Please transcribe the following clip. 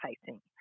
facing